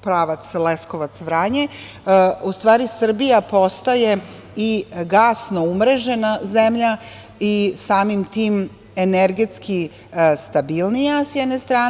pravac Leskovac-Vranje, u stvari, Srbija postaje i gasno umrežena zemlja, i samim tim energetski stabilnija, s jedne strane.